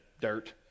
dirt